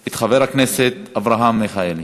את חבר הכנסת אברהם מיכאלי.